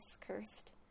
cursed